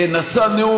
נשא נאום,